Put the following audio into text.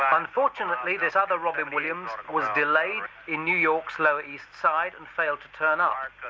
unfortunately, this other robin williams was delayed in new york's lower east side and failed to turn ah